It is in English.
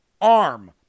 arm